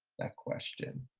that question.